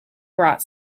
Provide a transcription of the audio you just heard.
brought